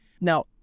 now